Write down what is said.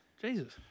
Jesus